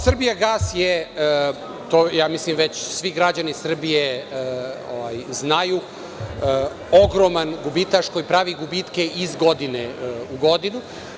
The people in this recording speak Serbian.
Srbijagas“ je, to već svi građani Srbije znaju, ogroman gubitaš koji pravi gubitke iz godine u godinu.